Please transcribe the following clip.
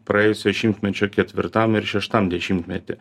praėjusio šimtmečio ketvirtam ir šeštam dešimtmety